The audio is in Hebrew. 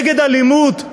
נגד אלימות,